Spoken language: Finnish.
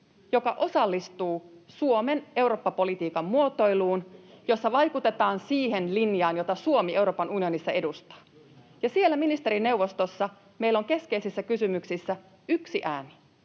joka osallistuu Suomen eurooppapolitiikan muotoiluun, jolla vaikutetaan siihen linjaan, jota Suomi Euroopan unionissa edustaa. Ja siellä ministerineuvostossa meillä on keskeisissä kysymyksissä yksi ääni,